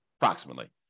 approximately